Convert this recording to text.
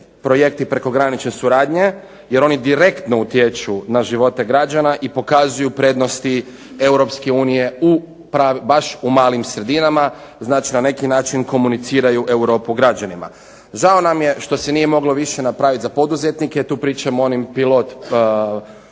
projekti prekogranične suradnje, jer oni direktno utječu na živote građana i pokazuju prednosti Europske unije baš u malim sredinama. Znači, na neki način komuniciraju Europu građanima. Žao nam je što se nije moglo više napraviti za poduzetnike. Tu pričam o onim pilot